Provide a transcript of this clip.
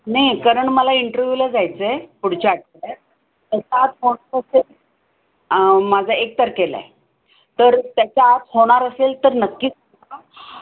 नाही कारण मला इंटरव्ह्यूला जायचं आहे पुढच्या आठवड्यात त्याच्या आत होणार असेल माझा एक तारखेला आहे तर त्याच्या आत होणार असेल तर नक्कीच सांगा